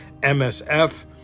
MSF